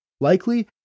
Likely